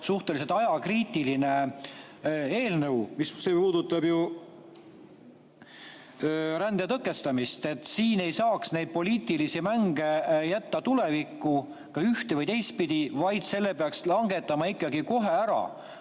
suhteliselt ajakriitiline eelnõu, mis puudutab rände tõkestamist. Siin ei saaks neid poliitilisi mänge jätta tulevikku, ühte‑ või teistpidi, vaid need [otsused] peaks langetama ikkagi kohe ära.